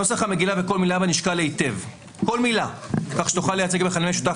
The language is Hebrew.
נוסח המגילה וכל מילה בה נשקל היטב כך שתוכל לייצג מכנה משותף